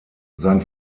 sein